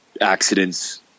Accidents